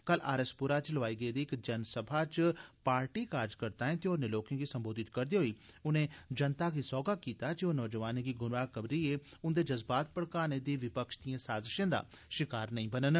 कल आर एस पुरा च लोआई गेदी इक जनसभा च पार्टी कार्जकर्ताए ते होरने लोकें गी संबोधित करदे होई उनें जनता गी सोह्गा कीता जे ओह् नौजवानें गी गुमराह करिए उन्दे जज़बात भड़काने दी विपक्ष दिए साजशें दा शकार नेई बनन